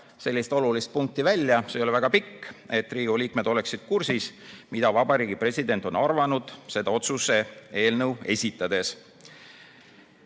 paar olulist punkti välja – see ei ole väga pikk –, et Riigikogu liikmed oleksid kursis, mida Vabariigi President on arvanud seda otsuse eelnõu esitades.